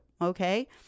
Okay